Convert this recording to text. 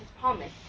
promise